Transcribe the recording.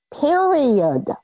period